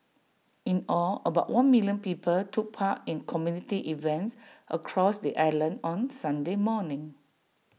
in all about one million people took part in community events across the island on Sunday morning